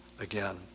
again